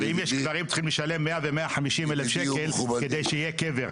ואם יש קברים צריך לשלם 100,000 ו-150,000 שקלים כדי שיהיה קבר,